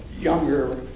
younger